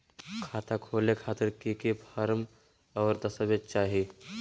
खाता खोले खातिर की की फॉर्म और दस्तावेज चाही?